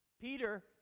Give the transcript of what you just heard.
Peter